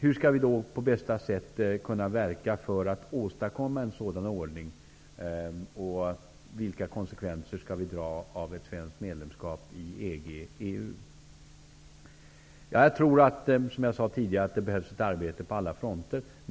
Hur skall vi då på bästa sätt kunna verka för att åstadkomma en sådan ordning, och vilka konsekvenser skall vi dra av ett svenskt medlemskap i EG/EU? Som jag sade tidigare tror jag att det behövs ett arbete på alla fronter.